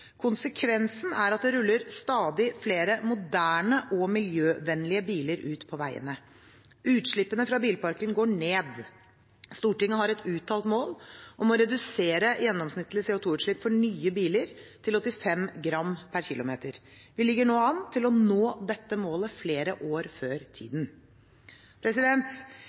Konsekvensen er at det ruller stadig flere moderne og miljøvennlige biler ut på veiene. Utslippene fra bilparken går ned. Stortinget har et uttalt mål om å redusere gjennomsnittlig CO2-utslipp for nye biler til 85 gram per km. Vi ligger nå an til å nå dette målet flere år før tiden.